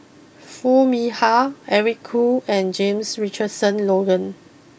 Foo Mee Har Eric Khoo and James Richardson Logan